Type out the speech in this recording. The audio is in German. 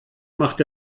macht